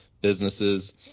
businesses